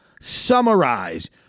summarize